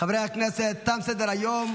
חברי הכנסת, תם סדר-היום.